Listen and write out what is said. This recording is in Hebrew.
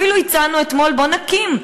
אפילו הצענו אתמול: בואו נקים,